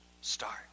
start